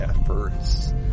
efforts